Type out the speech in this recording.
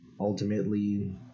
ultimately